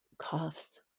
coughs